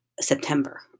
September